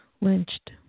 lynched